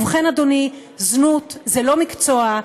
ובכן, אדוני, זנות זה לא מקצוע,